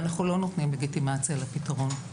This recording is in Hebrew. ואנחנו לא נותנים לגיטימציה לפתרון.